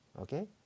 Okay